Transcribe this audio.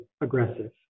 aggressive